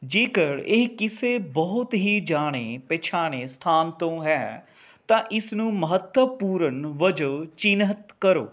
ਜੇਕਰ ਇਹ ਕਿਸੇ ਬਹੁਤ ਹੀ ਜਾਣੇ ਪਛਾਣੇ ਸਥਾਨ ਤੋਂ ਹੈ ਤਾਂ ਇਸਨੂੰ ਮਹੱਤਵਪੂਰਨ ਵਜੋਂ ਚਿੰਨ੍ਹਿਤ ਕਰੋ